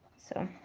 so,